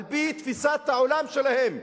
על-פי תפיסת העולם שלהם,